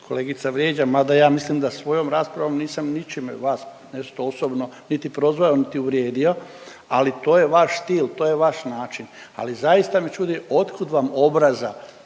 kolegica vrijeđa, mada ja mislim da svojom raspravom nisam ničime vas nešto osobno niti prozvao, niti uvrijedio, ali to je vaš stil, to je vaš način, ali zaista me čudi otkud vam obraza